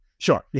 Sure